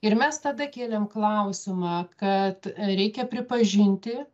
ir mes tada kėlėm klausimą kad reikia pripažinti